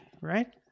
right